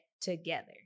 together